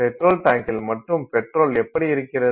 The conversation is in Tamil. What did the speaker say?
பெட்ரோல் டான்க்கில் மட்டும் பெட்ரோல் எப்படி இருக்கிறது